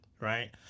Right